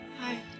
Hi